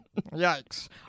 Yikes